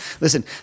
Listen